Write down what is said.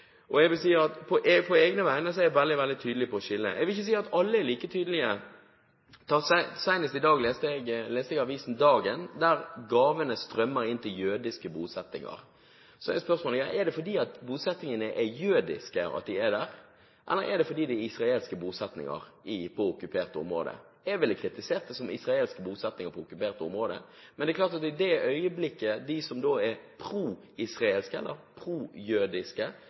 skille. Jeg vil ikke si at alle er like tydelige. Senest i dag leste jeg i avisen Dagen: «Gavene strømmer inn til jødiske bosetninger.» Spørsmålet er: Er det fordi bosettingene er jødiske at de er der? Eller er det fordi det er israelske bosettinger på okkupert område? Jeg ville kritisert det som israelske bosettinger på okkupert område. Men det er klart at i det øyeblikket de som er pro-israelske eller